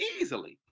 easily